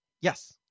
yes